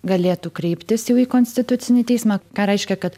galėtų kreiptis į konstitucinį teismą ką reiškia kad